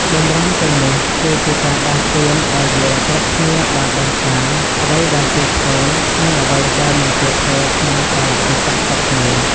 បម្រាមទាំងនេះ គឺ ជាការដាស់តឿនឱ្យយើងគ្រប់គ្នាបានដឹងថាអ្វីដែលគួរធ្វើ និងអ្វីដែលមិនគួរធ្វើក្នុងកាលៈទេសៈខុសគ្នា។